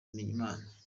bimenyimana